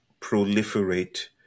proliferate